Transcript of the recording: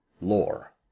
Lore